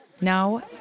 Now